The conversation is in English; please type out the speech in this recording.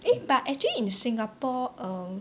eh but actually in Singapore um